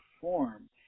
form